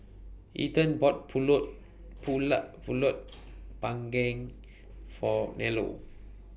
Ethan bought Pulut Pulut Panggang For Nello